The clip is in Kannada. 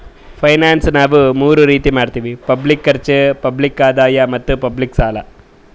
ಫೈನಾನ್ಸ್ ನಾವ್ ಮೂರ್ ರೀತಿ ಮಾಡತ್ತಿವಿ ಪಬ್ಲಿಕ್ ಖರ್ಚ್, ಪಬ್ಲಿಕ್ ಆದಾಯ್ ಮತ್ತ್ ಪಬ್ಲಿಕ್ ಸಾಲ